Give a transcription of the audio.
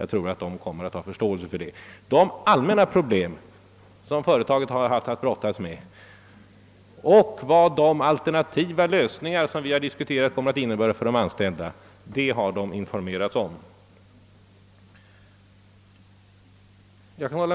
Jag tror att man där kommer att ha förståelse för detta skäl. De allmänna problem som företaget haft att brottas med och innebörden av de alternativa lösningar som vi diskuterat för de anställda har dessa informerats om. Jag